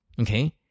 Okay